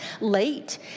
late